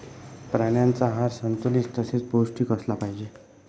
प्राण्यांचा आहार संतुलित तसेच पौष्टिक असला पाहिजे